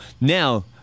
Now